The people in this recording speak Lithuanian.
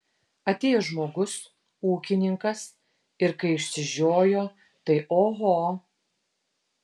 atėjo žmogus ūkininkas ir kai išsižiojo tai oho